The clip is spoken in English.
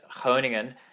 Groningen